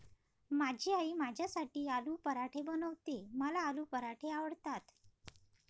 माझी आई माझ्यासाठी आलू पराठे बनवते, मला आलू पराठे आवडतात